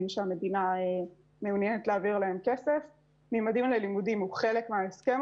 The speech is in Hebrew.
שהמדינה מעוניינת להעביר להם כסף ו"ממדים ללימודים" הוא חלק מההסכם